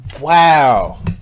wow